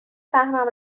سهمم